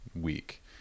week